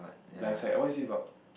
blind side oh what is this about